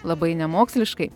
labai nemoksliškai